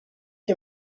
him